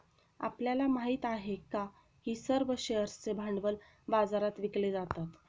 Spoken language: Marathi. आपल्याला माहित आहे का की सर्व शेअर्सचे भांडवल बाजारात विकले जातात?